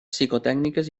psicotècniques